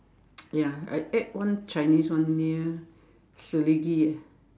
ya I ate one Chinese one near Selegie eh